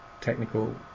technical